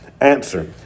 answer